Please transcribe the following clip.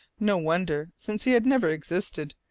no wonder, since he had never existed,